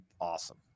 awesome